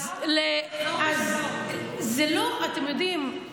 אתם יודעים,